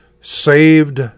Saved